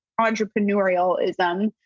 entrepreneurialism